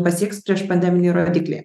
pasieks priešpandeminį rodiklį